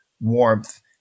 warmth